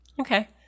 Okay